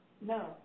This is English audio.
No